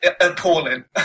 appalling